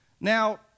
Now